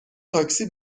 تاکسی